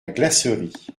glacerie